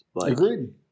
Agreed